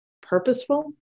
purposeful